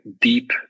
deep